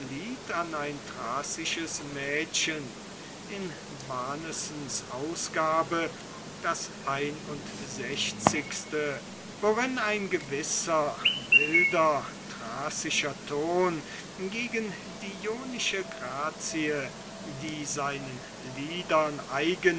ein thracisches mädchen in barnesens ausgabe das ein und sechzigste worin ein gewisser wilder thracischer ton mit der ionischen grazie die seinen liedern